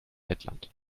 lettland